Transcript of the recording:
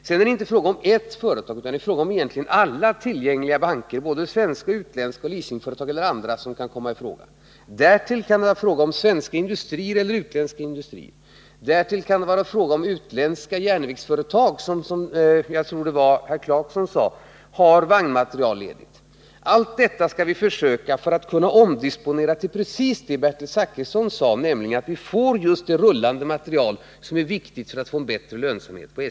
Sedan är det inte fråga om ett enda företag utan det är egentligen alla tillgängliga banker, både svenska och utländska, leasingföretag och andra som kan komma i fråga. Därtill kan det vara fråga om svenska eller utländska industrier. Därtill kan det vara fråga om att utländska järnvägsföretag — som herr Clarkson, tror jag det var, sade — har vagnmateriel ledigt. Alla dessa utvägar skall vi pröva för att kunna omdisponera, så att vi, som Bertil Zachrisson sade, får just det rullande materiel som är viktigt för att få till stånd en bättre lönsamhet på SJ.